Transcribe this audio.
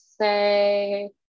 say